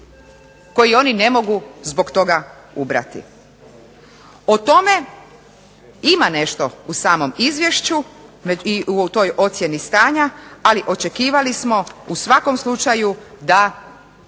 koje oni ne mogu zbog toga ubrati. O tome ima nešto u samom izvješću i u toj ocjeni stanja, ali očekivali smo u svakom slučaju da